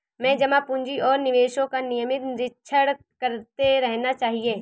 अपने जमा पूँजी और निवेशों का नियमित निरीक्षण करते रहना चाहिए